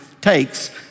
takes